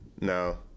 No